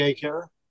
care